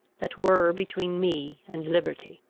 that were between me and liberty.